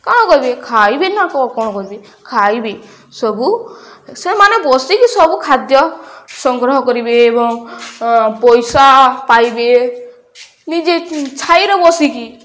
କ'ଣ ଖାଇବେ ନା କ'ଣ କରିବେ ଖାଇବେ ସବୁ ସେମାନେ ବସିକି ସବୁ ଖାଦ୍ୟ ସଂଗ୍ରହ କରିବେ ଏବଂ ପଇସା ପାଇବେ ନିଜେ ଛାଇରେ ବସିକି